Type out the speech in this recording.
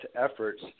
efforts